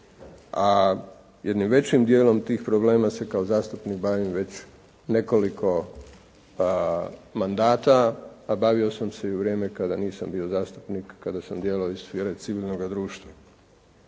a jednim većim dijelom tih problema se kao zastupnik bavim već nekoliko mandata, a bavio sam se i u vrijeme kada nisam bio zastupnik, kada sam djelovao iz sfere civilnoga društva.